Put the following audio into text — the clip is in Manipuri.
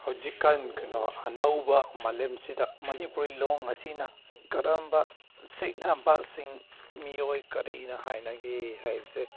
ꯍꯧꯖꯤꯛ ꯀꯥꯟ ꯀꯩꯅꯣ ꯑꯅꯧꯕ ꯃꯥꯂꯦꯝꯁꯤꯗ ꯃꯅꯤꯄꯨꯔꯤ ꯂꯣꯟ ꯑꯁꯤꯅ ꯀꯔꯝꯕ ꯁꯤꯡꯅꯕꯁꯤꯡ ꯃꯤꯑꯣꯏ ꯀꯔꯤꯅ ꯍꯥꯏꯅꯒꯦ ꯍꯥꯏꯕꯁꯦ